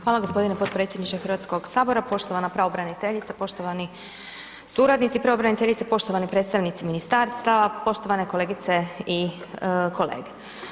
Hvala gospodine potpredsjedniče Hrvatskoga sabora, poštovana pravobraniteljice, poštovani suradnici pravobraniteljice, poštovani predstavnici ministarstava, poštovane kolegice i kolege.